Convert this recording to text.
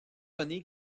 donné